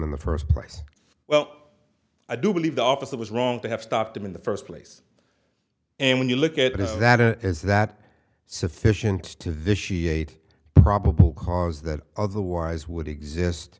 in the first place well i do believe the officer was wrong to have stopped him in the first place and when you look at it that it is that sufficient to vitiate probable cause that otherwise would exist